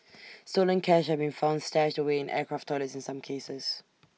stolen cash have been found stashed away in aircraft toilets in some cases